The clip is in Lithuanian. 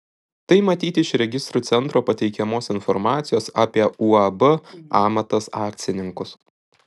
tai matyti iš registrų centro pateikiamos informacijos apie uab amatas akcininkus